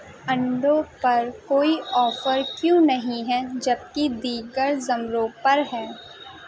انڈوں پر کوئی آفر کیوں نہیں ہیں جب کہ دیگر زمروں پر ہیں